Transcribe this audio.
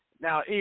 Now